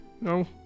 no